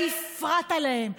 והפרעת להם,